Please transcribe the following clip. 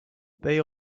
they